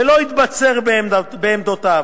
ולא התבצר בעמדותיו.